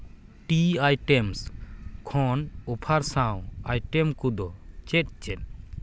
T items ᱠᱷᱚᱱ offer ᱥᱟᱶ item ᱠᱚᱫᱚ ᱪᱮᱫ ᱪᱮᱫ